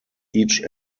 each